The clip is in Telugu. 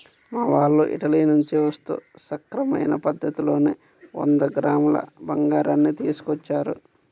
మా వాళ్ళు ఇటలీ నుంచి వస్తూ సక్రమమైన పద్ధతిలోనే వంద గ్రాముల బంగారాన్ని తీసుకొచ్చారు